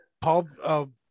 Paul